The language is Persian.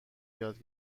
یاد